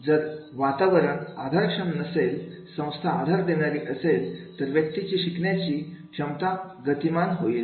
जर वातावरण आधारक्षम असेल संस्था आधार देणारी असेल तर व्यक्तीची शिकण्याची क्षमता गतिमान होईल